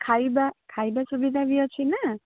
ଖାଇବା ଖାଇବା ସୁବିଧା ବି ଅଛି ନାଁ